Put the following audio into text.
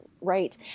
right